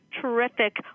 terrific